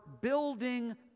building